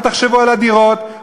אל תחשבו על הדירות,